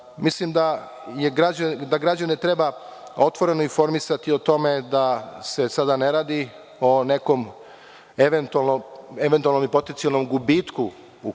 dana. Mislim da građane treba otvoreno informisati o tome da se sada ne radi o nekom eventualnom ili potencijalnom gubitku